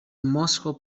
moscow